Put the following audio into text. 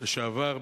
לשעבר.